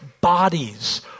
bodies